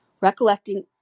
Recollecting